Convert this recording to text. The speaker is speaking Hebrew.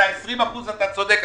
על ה-20% אתה צודק,